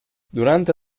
durante